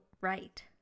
right